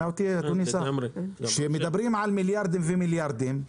מדברים על מיליארדים ומיליארדים,